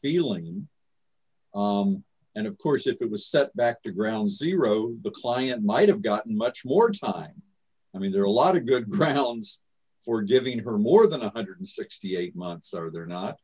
stealing and of course if it was set back to ground zero the client might have got much more time i mean there are a lot of good grounds for giving her more than one hundred and sixty eight months are there not